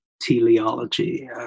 teleology